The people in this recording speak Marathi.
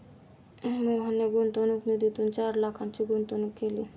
मोहनने गुंतवणूक निधीतून चार लाखांची गुंतवणूक केली